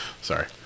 sorry